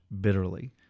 bitterly